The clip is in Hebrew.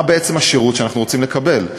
מה בעצם השירות שאנחנו רוצים לקבל.